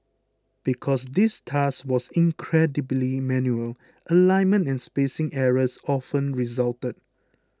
because this task was incredibly manual alignment and spacing errors often resulted